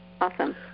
Awesome